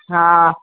हा